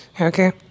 okay